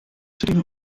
sitting